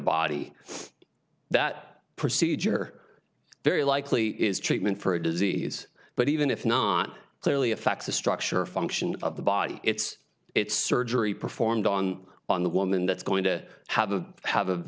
body that procedure very likely is treatment for a disease but even if not clearly affects the structure function of the body it's it's surgery performed on on the woman that's going to have to have a